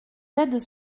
aides